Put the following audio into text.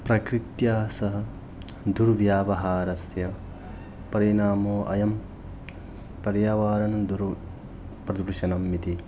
प्रकृत्याः सह दुर्व्यवहारस्य परिणामो अयं पर्यावरणं प्रदूषणम् इति